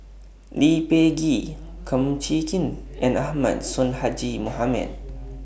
Lee Peh Gee Kum Chee Kin and Ahmad Sonhadji Mohamad